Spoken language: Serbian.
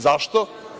Zašto?